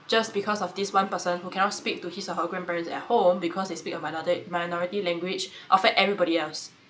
just because of this one person who cannot speak to his or her grandparents at home because they speak a minor~ minority language affect everybody else